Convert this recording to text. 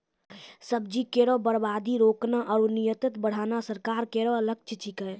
सब्जी केरो बर्बादी रोकना आरु निर्यात बढ़ाना सरकार केरो लक्ष्य छिकै